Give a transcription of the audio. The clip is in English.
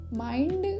mind